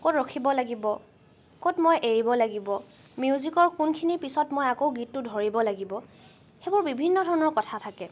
ক'ত ৰখিব লাগিব ক'ত মই এৰিব লাগিব মিউজিকৰ কোনখিনিৰ পিছত মই গীতটো ধৰিব লাগিব সেইবোৰ বিভিন্ন ধৰণৰ কথা থাকে